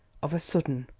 of a sudden,